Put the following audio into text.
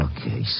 Okay